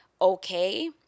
okay